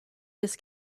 this